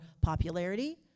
popularity